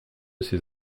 ses